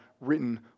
written